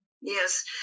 Yes